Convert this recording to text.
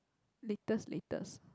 latest latest